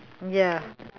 ya